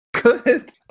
good